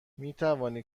میتوانی